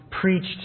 preached